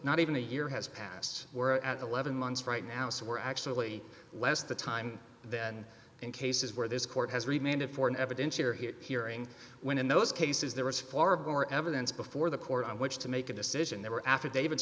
not even a year has passed we're at eleven months right now so we're actually less the time then in cases where this court has remained in for an evidentiary hearing hearing when in those cases there was far better evidence before the court on which to make a decision there were affidavit